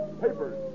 Papers